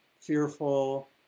fearful